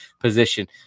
position